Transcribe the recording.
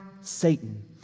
Satan